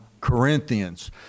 Corinthians